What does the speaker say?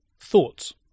thoughts